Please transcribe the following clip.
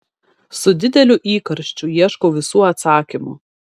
su dideliu įkarščiu ieškau visų atsakymų